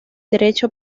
derecho